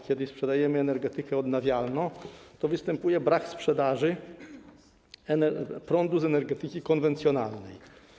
Kiedy sprzedajemy energetykę odnawialną, to występuje brak sprzedaży prądu z energetyki konwencjonalnej.